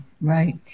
right